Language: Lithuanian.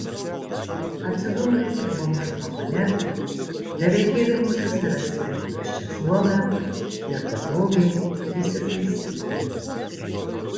atsidūrus bomžų vagone tereikėdavo susirasti tuščią suolą ir patogiai įsitaisyti